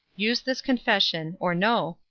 use this confession, or no,